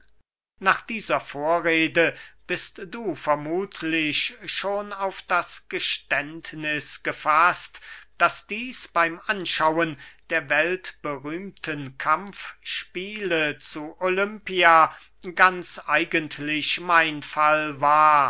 nach dieser vorrede bist du vermuthlich schon auf das geständniß gefaßt daß dieß beym anschauen der weltberühmten kampfspiele zu olympia ganz eigentlich mein fall war